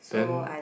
then